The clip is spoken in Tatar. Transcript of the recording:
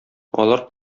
алар